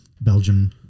Belgium